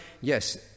yes